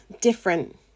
different